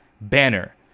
banner